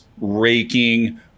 raking